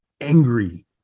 angry